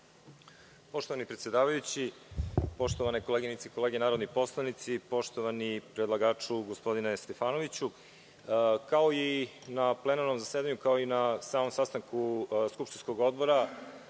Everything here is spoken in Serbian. Poštovani predsedavajući, poštovane koleginice i kolege narodni poslanici, poštovani predlagaču gospodine Stefanoviću, kao i na plenarnom zasedanju, kao i na samom sastanku skupštinskog Odbora,